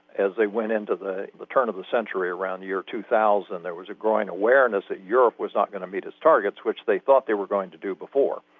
as they went into the the turn of the century around the year two thousand, there was a growing awareness that europe was not going to meet its targets, which they thought they were going to do before.